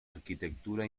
arquitectura